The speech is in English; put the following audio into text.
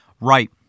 Right